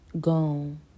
gone